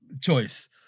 choice